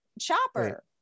Chopper